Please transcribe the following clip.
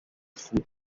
full